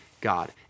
God